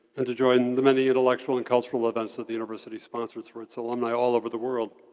and to join the many intellectual and cultural events that the university sponsors for its alumni all over the world.